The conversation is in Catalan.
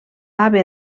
haver